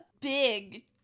big